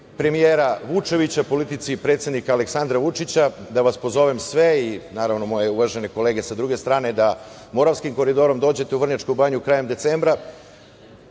premijera Vučevića, politici predsednika Aleksandra Vučića, da vas pozovem sve, naravno, i moje uvažene kolege sa druge strane, da Moravskim koridorom dođete u Vrnjačku Banju krajem decembra